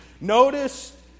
Notice